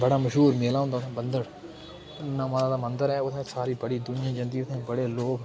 बड़ा मश्हूर मेला होंदा उत्थै बंधड़ नमां दा मंदर ऐ उत्थै बड़ी दुनिया जंदी उत्थै बड़े लोग